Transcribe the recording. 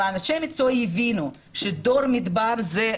והם הבינו ש"דור המדבר" הזה,